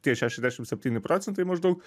tie šešiasdešim septyni procentai maždaug